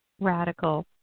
radical